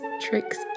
tricks